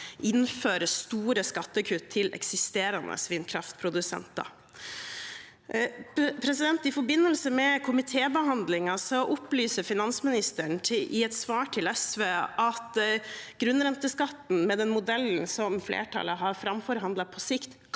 innføre store skattekutt til eksisterende vindkraftprodusenter. I forbindelse med komitébehandlingen opplyser finansministeren i et svar til SV at grunnrenteskatten med den modellen som flertallet har framforhandlet, på sikt